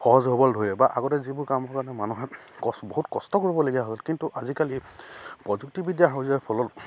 সহজ হ'বলৈ ধৰিলে বা আগতে যিবোৰ কামৰ কাৰণে মানুহে কষ্ট বহুত কষ্ট কৰিবলগীয়া হ'ল কিন্তু আজিকালি প্ৰযুক্তিবিদ্যা হৈ যোৱাৰ ফলত